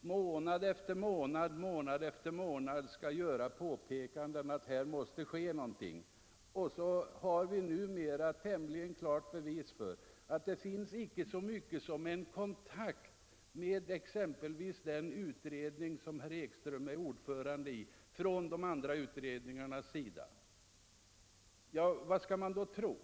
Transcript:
månad efter månad få göra påpekanden om att någonting måste ske samtidigt som vi numera har tämligen klara bevis för att inte så mycket som en kontakt tagits med exempelvis den utredning som herr Ekström är ordförande i från de andra utredningarnas sida. Vad skall man då tro?